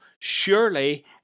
surely